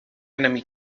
enemy